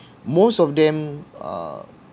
most of them are